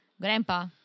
Grandpa